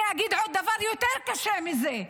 אני אגיד עוד דבר, יותר קשה מזה: